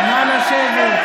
בושה.